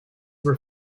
were